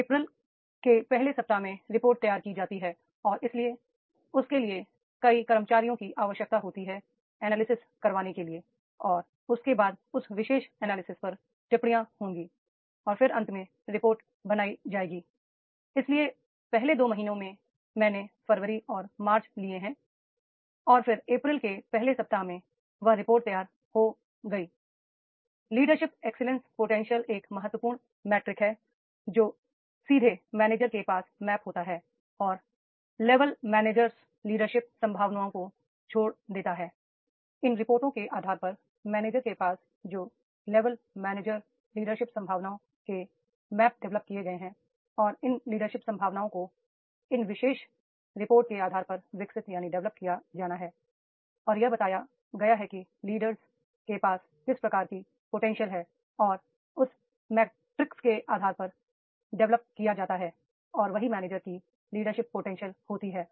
अप्रैल के पहले सप्ताह में रिपोर्ट तैयार की जाती है और इसलिए उसके लिए कई कर्मचारियों की आवश्यकता होती है एनालिसिस करवाने के लिए और उसके बाद उस विशेषएनालिसिस पर टिप्पणियां होंगी और फिर अंत में रिपोर्ट बनाई जाएगी इसलिए पहले 2 महीनों में मैंने फरवरी और मार्च लिए हैं लिए और फिर अप्रैल के पहले सप्ताह में वह रिपोर्ट तैयार हो गई leadership excellence potential leadership excellence potential एक महत्वपूर्ण मेट्रिक metric है जो सीधे मैनेजर के पास मैप maps होता है और लेवल मैनेजर्स लीडरशिप संभावनाओं को छोड़ देता है इन रिपोर्टों के आधार पर मैनेजर के पास जो लेबल मैनेजर लीडरशिप संभावनाएं के मैप डिवेलप किए गए हैं और इन लीडरशिप संभावनाओं को इन विशेष रिपोर्ट के आधार पर विकसित यानी डिवेलप किया जाना है और यह बताया गया है कि लीडर्स के पास किस प्रकार की पोटेंशियल है और उस मीट्रिक के आधार पर डेवलप किया जाता है और यही मैनेजर की लीडरशिप पोटेंशियल होती है